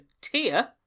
tier